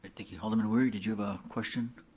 thank you, alderman wery, did you have a question?